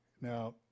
Now